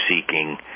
seeking